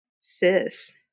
sis